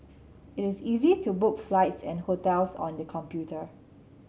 it is easy to book flights and hotels on the computer